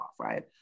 right